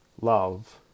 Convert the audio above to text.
love